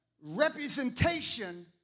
representation